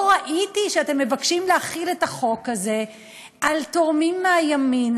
לא ראיתי שאתם מבקשים להחיל את החוק הזה על תורמים מהימין,